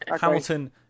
hamilton